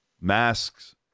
Masks